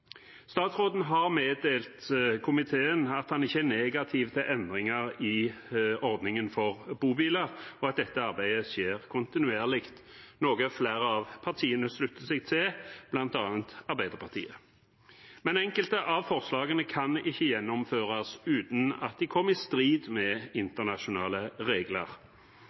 Statsråden har meddelt komiteen at han ikke er negativ til endringer i ordningen for bobiler, og at dette arbeidet skjer kontinuerlig, noe flere av partiene slutter seg til, bl.a. Arbeiderpartiet. Men enkelte av forslagene kan ikke gjennomføres uten at de kommer i strid med internasjonale regler.